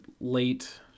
late